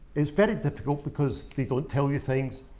is very difficult because people tell you things.